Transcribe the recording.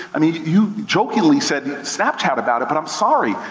i mean, you jokingly said, snapchat about it, but i'm sorry,